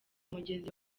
umugezi